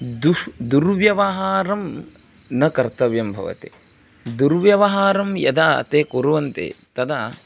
दुष् दुर्व्यवहारं न कर्तव्यं भवति दुर्व्यवहारं यदा ते कुर्वन्ति तदा